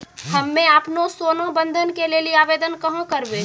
हम्मे आपनौ सोना बंधन के लेली आवेदन कहाँ करवै?